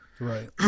Right